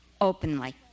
openly